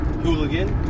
hooligan